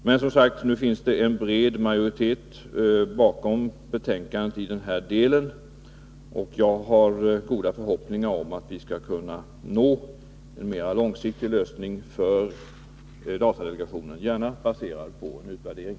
Men nu finns det, som sagt, en bred majoritet bakom utskottets ställningstagande i den här delen, och jag har goda förhoppningar om att vi skall kunna nå en mera långsiktig lösning för datadelegationen, gärna baserad på en utvärdering.